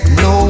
no